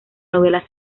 novela